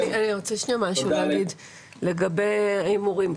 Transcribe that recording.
אני רוצה להגיד משהו לגבי הימורים.